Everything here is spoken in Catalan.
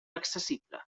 accessible